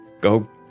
go